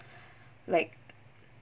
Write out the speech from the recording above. like